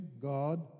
God